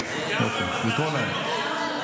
לקרוא להם.